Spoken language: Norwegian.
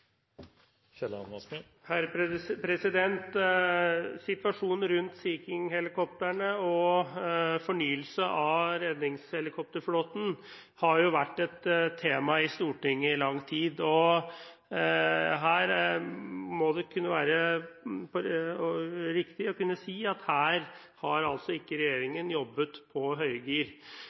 Situasjonen rund Sea King-helikoptrene og fornyelse av redningshelikopterflåten har vært tema i Stortinget i lang tid. Her må det kunne være riktig å si at regjeringen ikke har jobbet på høygir.